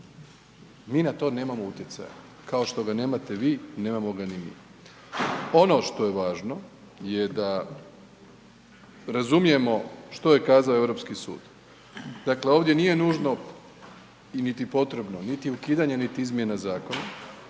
mi na to nemamo utjecaja, kao što ga nemate vi, nemamo ga ni mi. Ono što je važno je da razumijemo što je kazao Europski sud, dakle ovdje nije nužno i niti potrebno, niti ukidanje, niti izmjena Zakona